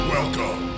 Welcome